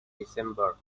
december